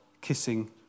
kissing